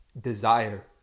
desire